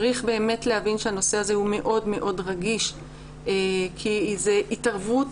צריך להבין שהנושא הזה הוא מאוד-מאוד רגיש כי זו התערבות,